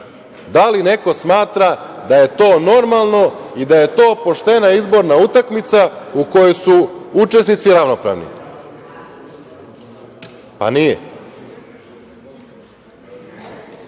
Da li neko smatra da je to normalno i da je to poštena izborna utakmica u kojoj su učesnici ravnopravni? Pa,